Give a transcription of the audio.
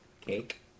Cake